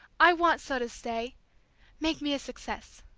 i want so to stay make me a success!